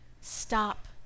Stop